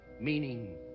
meaning